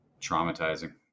traumatizing